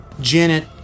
Janet